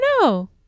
no